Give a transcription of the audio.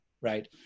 right